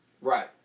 Right